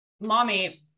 Mommy